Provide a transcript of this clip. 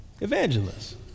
evangelists